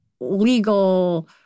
legal